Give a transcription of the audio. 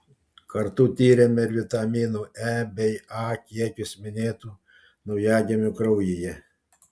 kartu tyrėme ir vitaminų e bei a kiekius minėtų naujagimių kraujyje